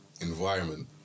environment